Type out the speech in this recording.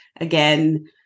again